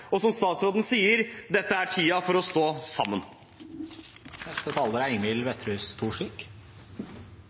Og som statsråden sier: Dette er tiden for å stå sammen.